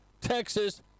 Texas